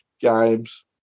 games